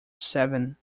seven